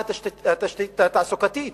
מה התשתית התעסוקתית?